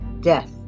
death